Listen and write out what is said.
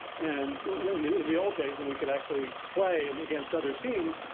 and when in the old days when we could actually play and against other teams,